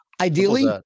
Ideally